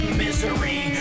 misery